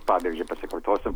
pavyzdžiui pasikartosiu